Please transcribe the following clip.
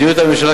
מדיניות הממשלה,